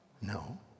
No